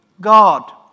God